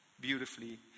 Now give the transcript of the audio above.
beautifully